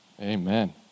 Amen